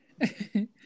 Hey